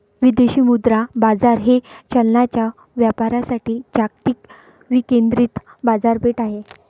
विदेशी मुद्रा बाजार हे चलनांच्या व्यापारासाठी जागतिक विकेंद्रित बाजारपेठ आहे